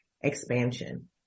expansion